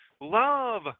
love –